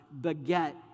beget